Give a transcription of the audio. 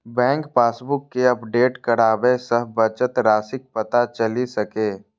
bank passbook कें update कराबय सं बचत राशिक पता चलि सकैए